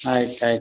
ಆಯ್ತು ಆಯ್ತು